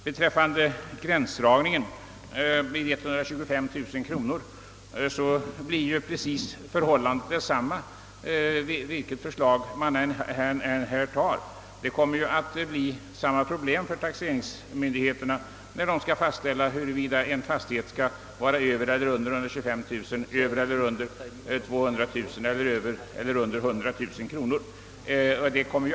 Beträffande gränsdragningen uppstår samma problem vilket förslag vi än tar. Det kommer att bli samma problem för taxeringsmyndigheterna när de skall fastställa om en fastighet skall taxeras till över eller under 100 000, 125 000 eller 200 000 kronor.